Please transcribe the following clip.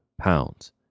pounds